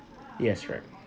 yes right